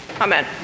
Amen